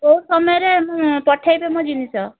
କେଉଁ ସମୟରେ ପଠାଇବେ ମୋ ଜିନିଷ